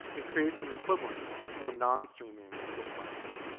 it creates an equivalent though non-streaming response.